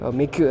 make